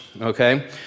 okay